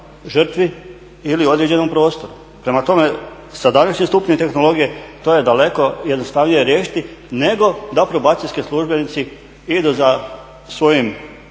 žrtvi ili određenom prostoru, prema tome sa današnjim stupnjem tehnologije, to je daleko jednostavnije riješiti nego da probacijski službenici idu za svojim